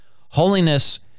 Holiness